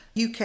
UK